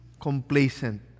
complacent